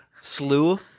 Slew